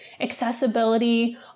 accessibility